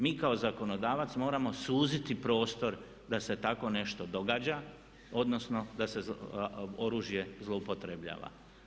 Mi kao zakonodavac moramo suziti prostor da se tako nešto događa odnosno da se oružje zloupotrebljava.